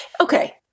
Okay